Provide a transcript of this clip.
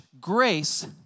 grace